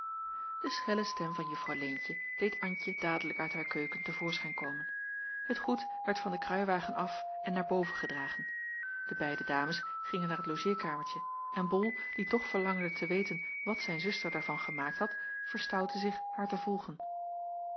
de schelle stem van juffrouw leentje deed antje dadelijk uit haar keuken te voorschijn komen het goed werd van den kruiwagen af en naar boven gedragen de beide dames gingen naar t logeerkamertje en bol die toch verlangde te weten wat zijn zuster daarvan gemaakt had verstoutte zich haar te volgen